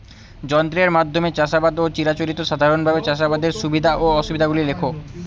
যন্ত্রের মাধ্যমে চাষাবাদ ও চিরাচরিত সাধারণভাবে চাষাবাদের সুবিধা ও অসুবিধা গুলি লেখ?